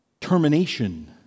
termination